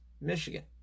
Michigan